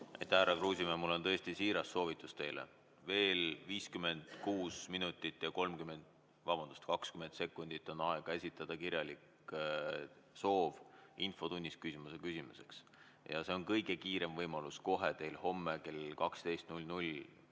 Härra Kruusimäe, mul on tõesti siiras soovitus teile. Veel 56 minutit ja 20 sekundit on aega esitada kirjalik soov infotunnis küsimuse küsimuseks. See on kõige kiirem võimalus kohe homme kell 12